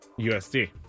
USD